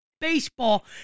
baseball